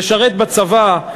לשרת בצבא,